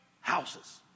houses